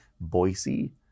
Boise